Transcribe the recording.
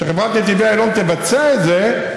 שחברת נתיבי איילון תבצע את זה,